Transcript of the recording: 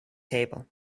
table